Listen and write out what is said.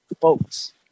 folks